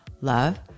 Love